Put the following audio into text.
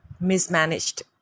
mismanaged